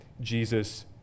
Jesus